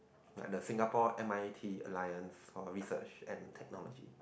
like the Singapore M_I_T Alliances for Research and Technology